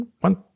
One